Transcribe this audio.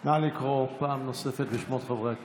נא לקרוא פעם נוספת בשמות חברי הכנסת.